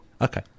Okay